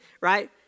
right